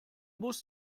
bus